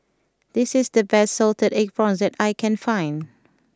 this is the best Salted Egg Prawns that I can find